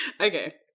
Okay